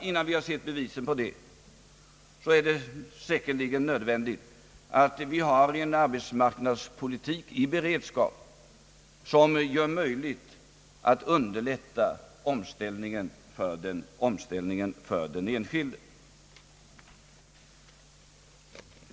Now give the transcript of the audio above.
Innan vi har sett bevisen på detta, är det säkerligen nödvändigt att vi har en arbetsmarknadspolitik i beredskap som gör det möjligt att underlätta omställningen för den enskilde.